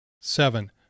Seven